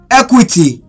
equity